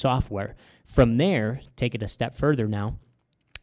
software from there take it a step further now